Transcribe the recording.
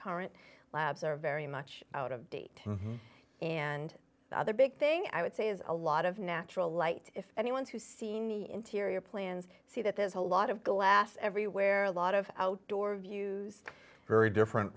current labs are very much out of date and the other big thing i would say is a lot of natural light if anyone's who seen the interior plans see that there's a lot of glass everywhere a lot of outdoor views very different